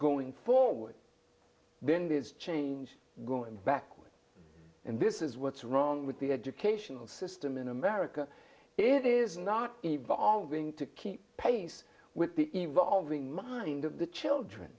going forward then there's change going backward and this is what's wrong with the educational system in america it is not evolving to keep pace with the evolving mind of the children